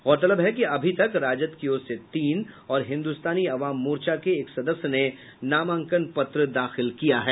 गौरतलब है कि अभी तक राजद की ओर से तीन और हिन्दुस्तानी अवाम मोर्चा के एक सदस्य ने नामांकन पत्र दाखिल किया है